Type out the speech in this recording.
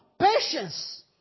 patience